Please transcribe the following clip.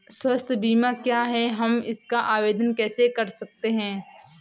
स्वास्थ्य बीमा क्या है हम इसका आवेदन कैसे कर सकते हैं?